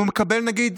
אם הוא מקבל נגיד,